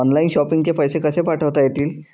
Online shopping चे पैसे कसे पाठवता येतील?